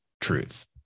truth